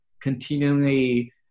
continually